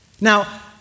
Now